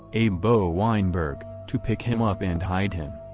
abe bo weinberg, to pick him up and hide him.